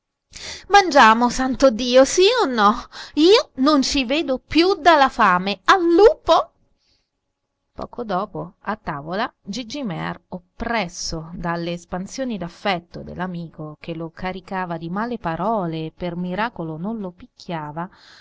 mangiamo santo dio sì o no io non ci vedo più dalla fame allupo poco dopo a tavola gigi mear oppresso dalle espansioni d'affetto dell'amico che lo caricava di male parole e per miracolo non lo picchiava